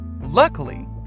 Luckily